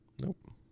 Nope